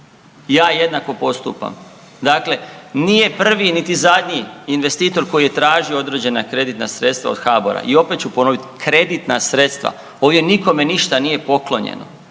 ja jednako postupam. Dakle, nije niti prvi niti zadnji investitor koji je tražio određena kreditna sredstva od HBOR-a i opet ću ponovit, kreditna sredstva. ovdje nikome ništa nije poklonjeno,